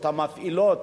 המפעילות,